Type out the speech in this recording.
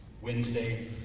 Wednesday